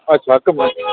अच्छा हिक ॿ